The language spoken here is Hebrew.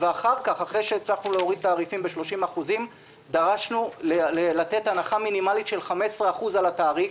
ואחרי כן דרשנו לתת הנחה מינימלית של 15% על התעריף.